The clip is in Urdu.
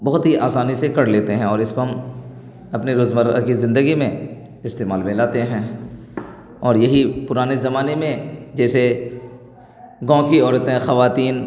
بہت ہی آسانی سے کر لیتے ہیں اور اس کو ہم اپنے روزمرہ کی زندگی میں استعمال میں لاتے ہیں اور یہی پرانے زمانے میں جیسے گاؤں کی عورتیں خواتین